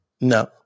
No